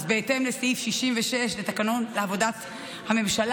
אז בהתאם לסעיף 66 בתקנון לעבודה הממשלה,